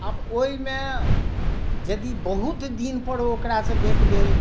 आब ओहिमे यदि बहुत दिनपर ओकरासँ भेँट भेल